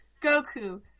Goku